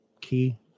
key